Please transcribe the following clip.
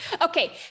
Okay